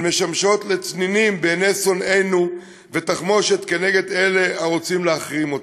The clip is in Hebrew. הן לצנינים בעיני שונאינו ותחמושת נגד אלה הרוצים להחרים אותנו.